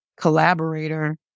collaborator